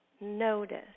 notice